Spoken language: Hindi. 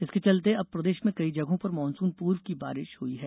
इसके चलते अब प्रदेश में कई जगहों पर मानसून पूर्व की बारिश हुई है